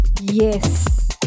Yes